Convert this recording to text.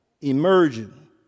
Emerging